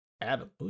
Adam